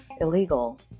Illegal